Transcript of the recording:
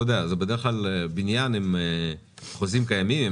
אתה יודע זה בדרך כלל בניין עם חוזים קיימים,